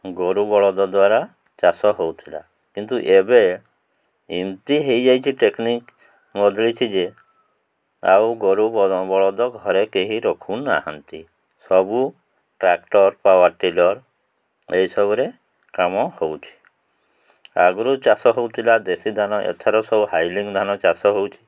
ଗୋରୁ ବଳଦ ଦ୍ୱାରା ଚାଷ ହଉଥିଲା କିନ୍ତୁ ଏବେ ଏମିତି ହେଇଯାଇଛି ଟେକ୍ନିକ୍ ବଦଳିଛି ଯେ ଆଉ ଗୋରୁ ବଳଦ ଘରେ କେହି ରଖୁନାହାନ୍ତି ସବୁ ଟ୍ରାକ୍ଟର ପାୱାର ଟିଲର ଏଇସବୁରେ କାମ ହଉଛି ଆଗରୁ ଚାଷ ହଉଥିଲା ଦେଶୀ ଧାନ ଏଥର ସବୁ ହାଇଲିଙ୍ଗ ଧାନ ଚାଷ ହେଉଛି